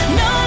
no